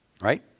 right